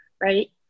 right